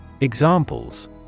Examples